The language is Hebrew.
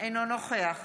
אינו נוכח